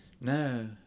No